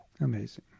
amazing